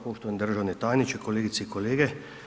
Poštovani državni tajniče, kolegice i kolege.